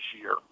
year